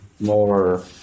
more